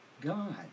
God